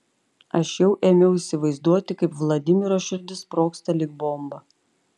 aš jau ėmiau įsivaizduoti kaip vladimiro širdis sprogsta lyg bomba